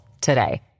today